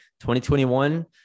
2021